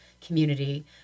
community